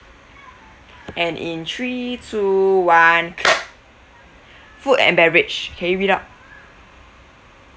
and in three two one clap food and beverage can you read out